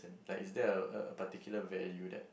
like is there a particular value that